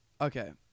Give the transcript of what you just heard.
Okay